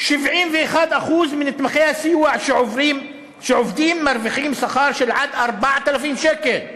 71% מנתמכי הסיוע שעובדים מרוויחים שכר של עד 4,000 שקל לחודש,